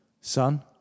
Son